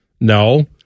No